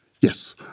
Yes